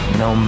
no